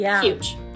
huge